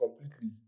completely